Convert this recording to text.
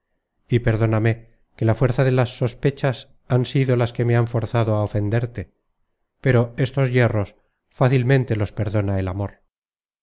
y perdóname que la fuerza de las sospechas han sido las que me han forzado á ofenderte pero estos yerros fácilmente los perdona el amor